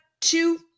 two